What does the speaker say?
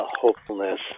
hopefulness